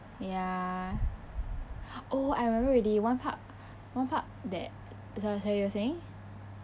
ya oh I remember already one part one part that sorry sorry you were saying